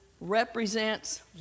represents